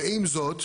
ועם זאת,